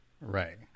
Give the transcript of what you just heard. Right